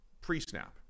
pre-snap